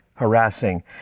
harassing